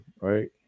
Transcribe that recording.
right